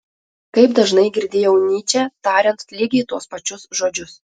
kaip dažnai girdėjau nyčę tariant lygiai tuos pačius žodžius